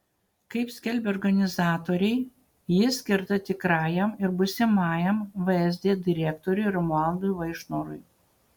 kaip skelbia organizatoriai ji skirta tikrajam ir būsimajam vsd direktoriui romualdui vaišnorui